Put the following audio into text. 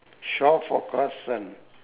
shore forecast s~ um